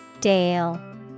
Dale